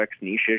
niche